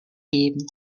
geben